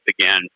again